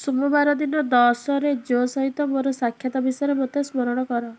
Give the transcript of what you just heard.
ସୋମବାର ଦିନ ଦଶରେ ଜୋ ସହିତ ମୋର ସାକ୍ଷାତ ବିଷରେ ମୋତେ ସ୍ମରଣ କର